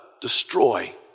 destroy